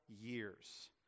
years